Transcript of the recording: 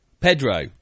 Pedro